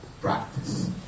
practice